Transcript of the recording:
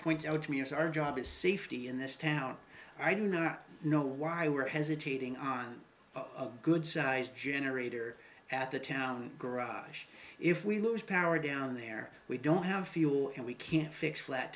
point out to me it's our job is safety in this town i do not know why we're hesitating on a good sized generator at the town garage if we lose power down there we don't have fuel and we can't fix flat